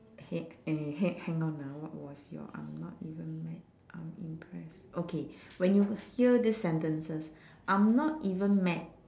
!hey! eh !hey! hang on ah what was your I'm not even mad I'm impressed okay when you hear these sentences I'm not even mad